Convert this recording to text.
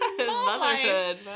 Motherhood